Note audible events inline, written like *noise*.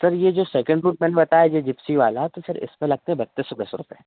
sir ये जो second *unintelligible* है ये जिप्सी वाला तो सर इसमें लगते हैं बत्तीस *unintelligible* सौ रुपये